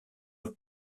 have